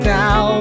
now